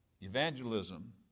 evangelism